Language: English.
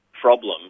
problem